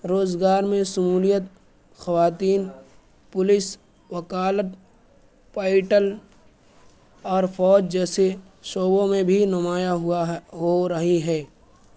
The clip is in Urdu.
روزگار میں سمولیت خواتین پولیس وکالت پیٹل اور فوج جیسے شعبوں میں بھی نمایا ہوا ہو رہی ہے